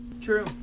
True